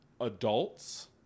adults